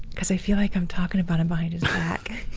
cause i feel like i'm talking about him behind his back